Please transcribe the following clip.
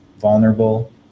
vulnerable